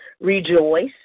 Rejoice